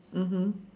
mmhmm